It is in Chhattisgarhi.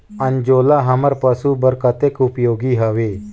अंजोला हमर पशु बर कतेक उपयोगी हवे?